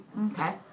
Okay